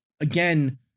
again